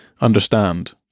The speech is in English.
understand